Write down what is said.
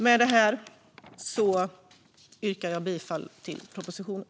Med detta yrkar jag bifall till propositionen.